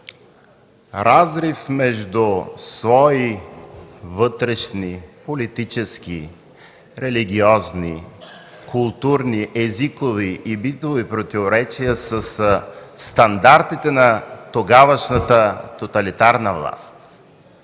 разрив между свои вътрешни политически, религиозни, културни, езикови и битови противоречия със стандартите на тогавашната тоталитарна власт.